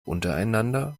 untereinander